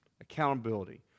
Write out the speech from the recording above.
Accountability